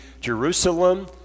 Jerusalem